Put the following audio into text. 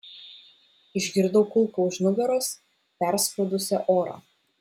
išgirdau kulką už nugaros perskrodusią orą